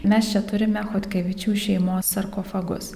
mes čia turime chodkevičių šeimos sarkofagus